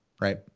right